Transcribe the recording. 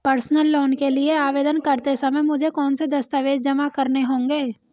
Personal loan के लिए आवेदन करते समय मुझे कौन से दस्तावेज़ जमा करने होंगे?